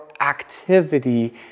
activity